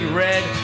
red